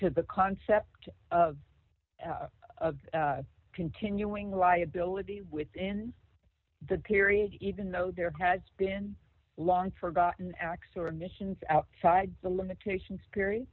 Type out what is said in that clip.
to the concept of a continuing liability within the period even though there has been long forgotten acts or missions outside the limitations period